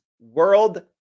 world